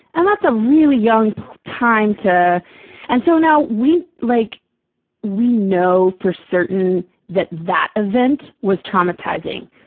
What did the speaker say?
and that's a really young time to and so now we, like we know for certain that that event was traumatizing.